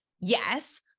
yes